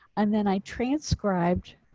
and then i transcribed.